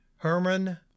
Herman